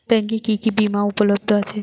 ব্যাংকে কি কি বিমা উপলব্ধ আছে?